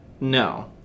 no